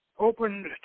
opened